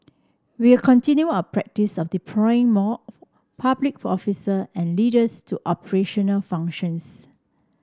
we will continue our practice of deploying more public for officer and leaders to operational functions